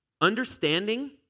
Understanding